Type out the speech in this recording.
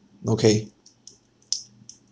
okay